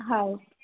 હા